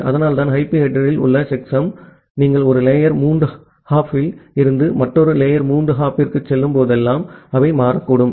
அதனால்தான் ஐபி ஹெட்டெர்ல் உள்ள செக்சம் நீங்கள் ஒரு லேயர் மூன்று ஹாப்பில் இருந்து மற்றொரு லேயர் மூன்று ஹாப்பிற்கு செல்லும் போதெல்லாம் அவை மாறக்கூடும்